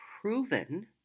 proven